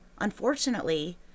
unfortunately